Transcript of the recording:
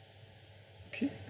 k